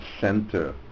center